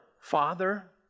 Father